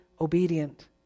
obedient